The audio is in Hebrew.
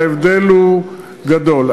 וההבדל הוא גדול.